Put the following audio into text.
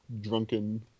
drunken